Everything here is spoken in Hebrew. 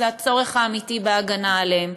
זה צורך אמיתי בהגנה עליהם.